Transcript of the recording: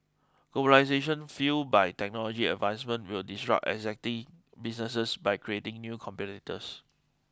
globalisation fuelled by technology advancement will disrupt existing businesses by creating new competitors